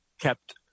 kept